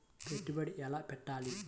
పెట్టుబడి ఎలా పెట్టాలి?